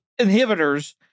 inhibitors